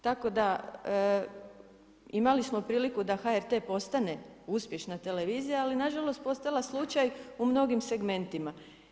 Tako da, imali smo priliku da HRT postane uspješna televizije, ali nažalost, postala je slučaj u mnogim segmentima.